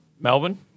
Melbourne